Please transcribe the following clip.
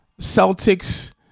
Celtics